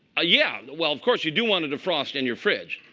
ah yeah. well, of course, you do want to de-frost in your fridge.